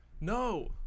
No